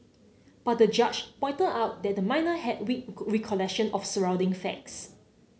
but the judge pointed out that the minor had weak recollection of surrounding facts